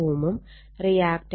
04 Ω ഉം റിയാക്റ്റൻസ് 0